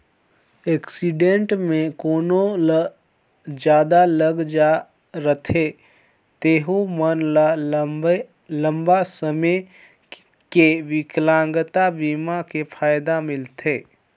accident मे कोनो ल जादा लग जाए रथे तेहू मन ल लंबा समे के बिकलांगता बीमा के फायदा मिलथे